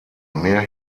mehr